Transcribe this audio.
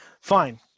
fine